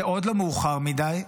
זה עוד לא מאוחר מדי,